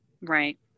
right